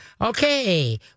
Okay